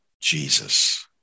Jesus